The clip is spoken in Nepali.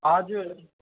हजुर